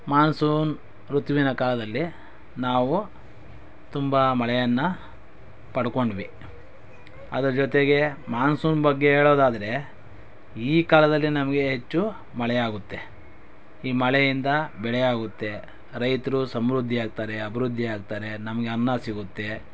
monsoon ಋತುವಿನ ಕಾಲದಲ್ಲಿ ನಾವು ತುಂಬ ಮಳೆಯನ್ನು ಪಡ್ಕೊಂಡ್ವಿ ಅದರ ಜೊತೆಗೆ ಮಾನ್ಸೂನ್ ಬಗ್ಗೆ ಹೇಳೋದಾದರೆ ಈ ಕಾಲದಲ್ಲಿ ನಮಗೆ ಹೆಚ್ಚು ಮಳೆಯಾಗುತ್ತೆ ಈ ಮಳೆಯಿಂದ ಬೆಳೆಯಾಗುತ್ತೆ ರೈತರು ಸಮೃದ್ಧಿ ಆಗ್ತಾರೆ ಅಭಿವೃದ್ಧಿ ಆಗ್ತಾರೆ ನಮಗೆ ಅನ್ನ ಸಿಗುತ್ತೆ